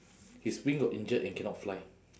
its wing got injured and cannot fly